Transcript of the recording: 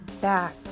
back